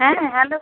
হ্যাঁ হ্যালো